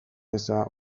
eza